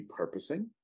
repurposing